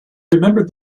remembered